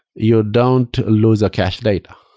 you don't lose a cache data.